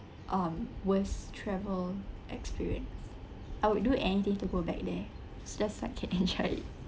um worst travel experience I would do anything to go back there so just so I can enjoy it